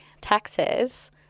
taxes